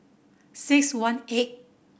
six one eight